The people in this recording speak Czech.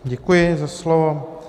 Děkuji za slovo.